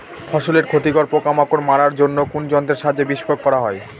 ফসলের ক্ষতিকর পোকামাকড় মারার জন্য কোন যন্ত্রের সাহায্যে বিষ প্রয়োগ করা হয়?